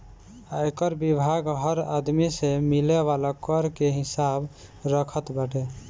आयकर विभाग हर आदमी से मिले वाला कर के हिसाब रखत बाटे